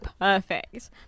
perfect